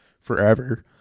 forever